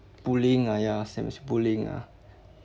bullying ah ya same is bullying ah